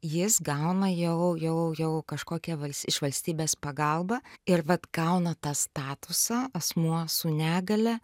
jis gauna jau jau jau kažkokią vals iš valstybės pagalbą ir vat gauna tą statusą asmuo su negalia